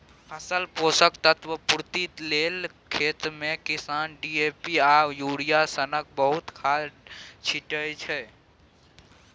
फसलक पोषक तत्व पुर्ति लेल खेतमे किसान डी.ए.पी आ युरिया सनक बहुत खाद छीटय छै